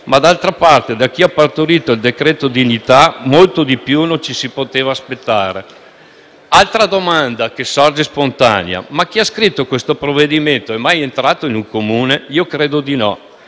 Ma, d'altra parte, da chi ha partorito il decreto dignità molto di più non ci si poteva aspettare. Vi è un'altra domanda che sorge spontanea: ma chi ha scritto questo provvedimento è mai entrato in un Comune? lo credo di no.